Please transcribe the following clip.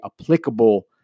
applicable